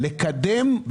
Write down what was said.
כדי לקדם,